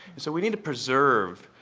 and so we need to preserve,